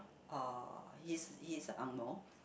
uh he's he's angmoh